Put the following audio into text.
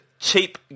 Cheap